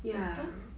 better